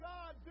God